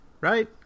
right